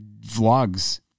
vlogs